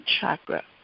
chakra